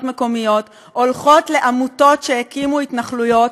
מקומיות הולך לעמותות שהקימו התנחלויות,